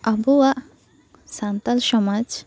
ᱟᱵᱚᱣᱟᱜ ᱥᱟᱱᱛᱟᱞ ᱥᱚᱢᱟᱡᱽ